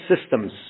systems